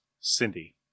Cindy